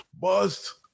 Bust